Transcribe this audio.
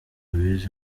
louise